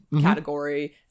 category